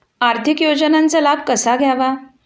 आर्थिक योजनांचा लाभ कसा घ्यावा?